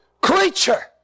creature